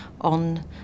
on